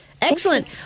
Excellent